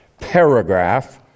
paragraph